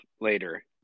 later